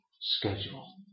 schedule